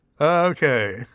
Okay